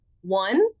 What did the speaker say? One